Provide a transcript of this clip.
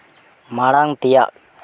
ᱢᱟᱲᱟᱝ ᱛᱮᱭᱟᱜ